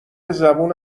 زبون